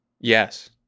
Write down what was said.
yes